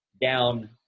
down